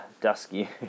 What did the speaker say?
dusky